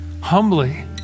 humbly